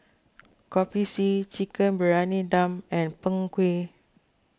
Kopi C Chicken Briyani Dum and Png Kueh